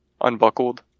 unbuckled